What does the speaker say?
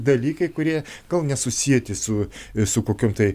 dalykai kurie gal nesusieti su su kokiom tai